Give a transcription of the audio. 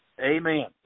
Amen